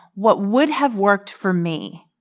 what would have worked for me,